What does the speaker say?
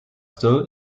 still